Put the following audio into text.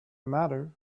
matter